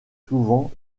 souvent